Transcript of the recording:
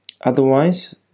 otherwise